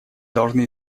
должны